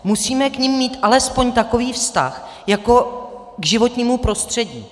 Musíme k nim mít alespoň takový vztah jako k životnímu prostředí.